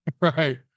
Right